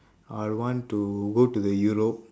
I want to go to the europe